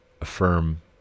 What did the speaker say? affirm